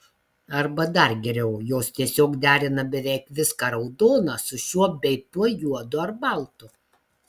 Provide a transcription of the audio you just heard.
arba dar geriau jos tiesiog derina beveik viską raudoną su šiuo bei tuo juodu ar baltu